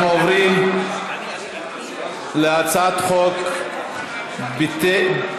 אני מבקש לשאול: לאיזה ועדה אתם רוצים להעביר את זה בבקשה?